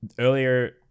earlier